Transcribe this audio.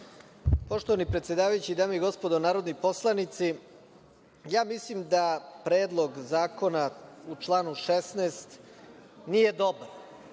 Poštovani predsedavajući, dame i gospodo narodni poslanici, ja mislim da Predlog zakona u članu 16. nije dobar.